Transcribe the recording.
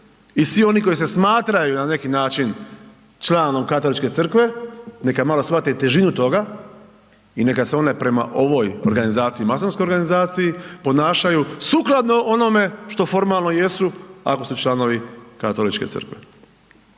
I svi oni koji se smatraju na neki način članom Katoličke Crkve, neka malo shvate i težinu toga i neka se one prema ovoj organizaciji, masonskoj organizaciji, ponašaju sukladno onome što formalno i jesu, ako su članovi Katoličke Crkve.